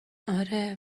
آره